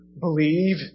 Believe